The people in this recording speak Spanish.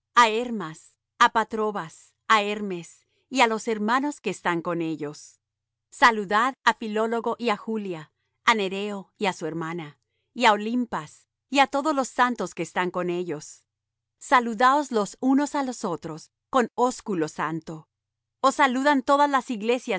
hermas á patrobas á hermes y á los hermanos que están con ellos saludad á filólogo y á julia á nereo y á su hermana y á olimpas y á todos los santos que están con ellos saludaos los unos á los otros con ósculo santo os saludan todas las iglesias